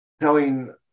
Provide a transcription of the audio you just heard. telling